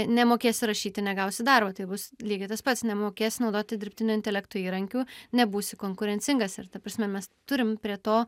nemokėsi rašyti negausi darbo tai bus lygiai tas pats nemokėsi naudotis dirbtinio intelekto įrankių nebūsi konkurencingas ir ta prasme mes turim prie to